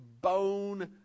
bone